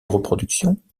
reproduction